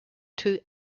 two